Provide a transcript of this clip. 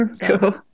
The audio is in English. Cool